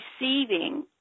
receiving